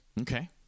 Okay